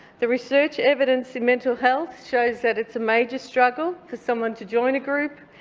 the research evidence in mental health shows that it's a major struggle for someone to join a group,